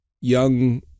young